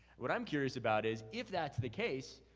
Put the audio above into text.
what i'm curious about is, if that's the case,